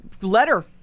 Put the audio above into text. letter